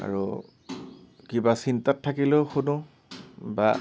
আৰু কিবা চিন্তাত থাকিলেও শুনো বা